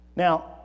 Now